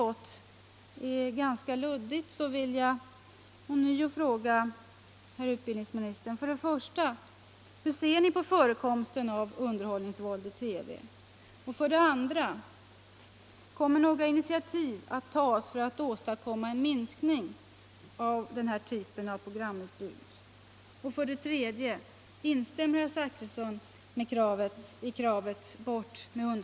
Hur ser ni på förekomsten av underhållningsvåld i TV? 2. Kommer några initiativ att tas för att åstadkomma en minskning av denna typ av programutbud?